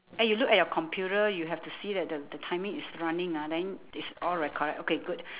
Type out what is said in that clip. eh you look at the computer you have to see that the the timing is running ah then it's all recorded okay good